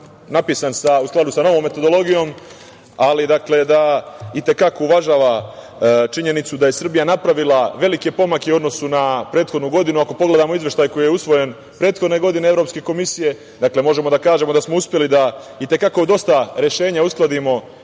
napisan u skladu sa novom metodologijom, ali da i te kako uvažava činjenicu da je Srbija napravila velike pomake i u odnosu na prethodnu godinu. Ako pogledamo Izveštaj koji je usvojen prethodne godine Evropske komisije, možemo da kažemo da smo uspeli da i te kako dosta rešenja uskladimo